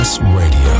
Radio